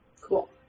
Cool